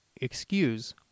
excuse